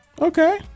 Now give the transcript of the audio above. Okay